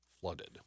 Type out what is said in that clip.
flooded